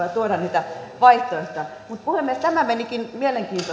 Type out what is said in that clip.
ja tuoda niitä vaihtoehtoja mutta puhemies tämä menikin mielenkiintoiseksi